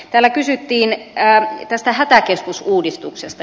täällä kysyttiin tästä hätäkeskusuudistuksesta